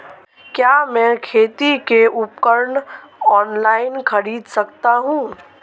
क्या मैं खेती के उपकरण ऑनलाइन खरीद सकता हूँ?